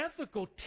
ethical